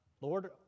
Lord